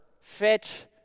fit